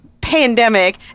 pandemic